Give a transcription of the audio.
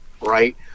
right